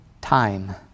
time